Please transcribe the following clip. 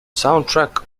soundtrack